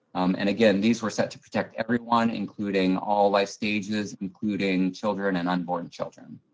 and again, these were set to protect everyone, including all life stages, including children and unborn children.